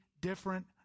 different